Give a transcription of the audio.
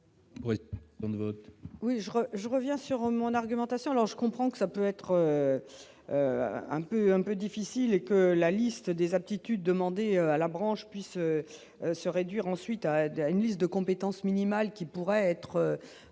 crois, je reviens sur mon argumentation, alors je comprends qu'. ça peut être. Un peu, un peu difficiles et que la liste des aptitudes demandées à la branche puisse se réduire ensuite. Une liste de compétences minimales qui pourrait être